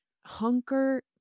hunker